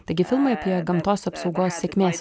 taigi filmai apie gamtos apsaugos sėkmės